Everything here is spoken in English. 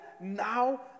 now